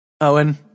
Owen